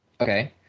Okay